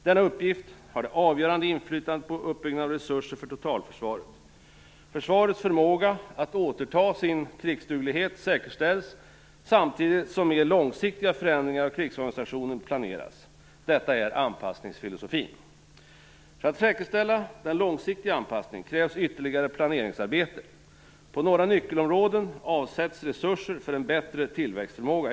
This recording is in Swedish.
Denna uppgift har det avgörande inflytandet på uppbyggnaden av resurser för totalförsvaret. Försvarets förmåga att återta sin krigsduglighet säkerställs samtidigt som mer långsiktiga förändringar av krigsorganisationen planeras. Detta är anpassningsfilosofin. För att säkerställa den långsiktiga anpassningen krävs ytterligare planeringsarbete. På några nyckelområden avsätts resurser för en bättre tillväxtförmåga.